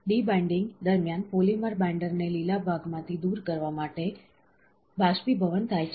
D binding દરમિયાન polymer બાઈન્ડરને લીલા ભાગમાંથી દૂર કરવા માટે બાષ્પીભવન થાય છે